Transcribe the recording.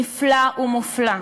נפלא ומופלא,